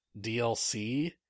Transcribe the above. DLC